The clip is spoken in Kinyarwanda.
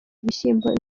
ibishyimbo